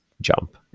jump